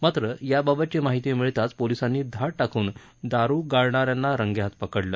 मात्र याबाबतची माहिती मिळताच पोलीसांनी धाड टाकून दारु गाळणाऱ्यांला रंगेहाथ पकडलं